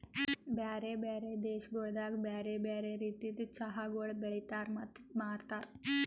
ಬ್ಯಾರೆ ಬ್ಯಾರೆ ದೇಶಗೊಳ್ದಾಗ್ ಬ್ಯಾರೆ ಬ್ಯಾರೆ ರೀತಿದ್ ಚಹಾಗೊಳ್ ಬೆಳಿತಾರ್ ಮತ್ತ ಮಾರ್ತಾರ್